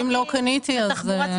אם לא קניתי אז --- נכון.